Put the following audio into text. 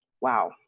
Wow